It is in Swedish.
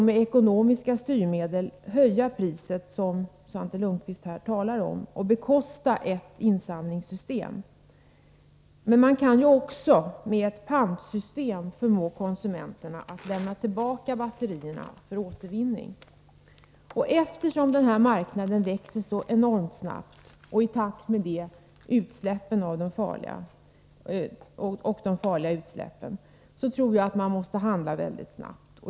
Med ekonomiska styrmedel kan man höja priset på batterierna, något som Svante Lundkvist berörde, och på det sättet bekosta ett insamlingssystem. Men man kan även införa ett pantsystem för att förmå konsumenterna att lämna tillbaka batterierna för återvinning. Den här marknaden växer enormt snabbt, och de farliga utsläppen ökar i samma takt. Därför tror jag att man måste handla mycket snabbt.